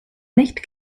nicht